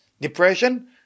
depression